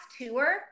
tour